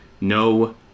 no